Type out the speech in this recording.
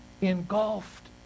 engulfed